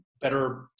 better